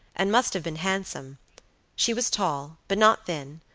and must have been handsome she was tall, but not thin,